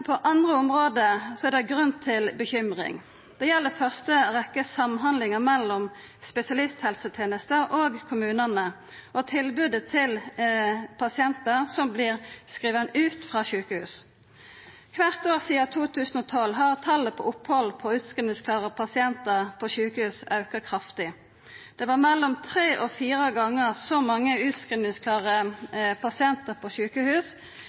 på andre område er det grunn til bekymring. Det gjeld i første rekkje samhandlinga mellom spesialisthelsetenesta og kommunane og tilbodet til pasientar som vert skrivne ut frå sjukehus. Kvart år sidan 2012 har talet på opphald for utskrivingsklare pasientar på sjukehus auka kraftig. Det var mellom tre og fire gonger så mange utskrivingsklare pasientar på sjukehus